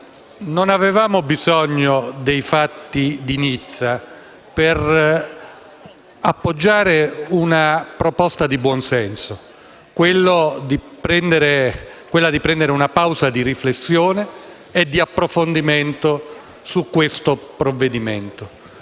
non avevamo bisogno dei fatti di Nizza per appoggiare una proposta di buon senso, quella cioè di prendere una pausa di riflessione e di approfondimento su questo provvedimento.